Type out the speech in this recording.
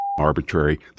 arbitrary